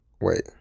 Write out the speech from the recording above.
Wait